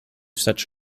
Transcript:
such